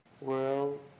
world